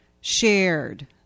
shared